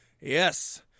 Yes